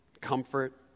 comfort